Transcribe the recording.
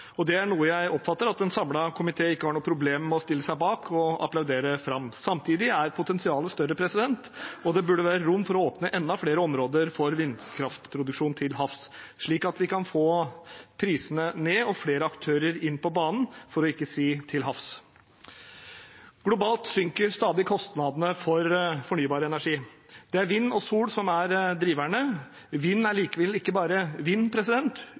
og det er noe jeg oppfatter at en samlet komité ikke har noe problem med å stille seg bak og applaudere fram. Samtidig er potensialet større, og det burde være rom for å åpne enda flere områder for vindkraftproduksjon til havs, slik at vi kan få prisene ned og flere aktører inn på banen – for ikke å si til havs. Globalt synker kostnadene for fornybar energi stadig. Det er vind og sol som er driverne. Vind er likevel ikke bare vind.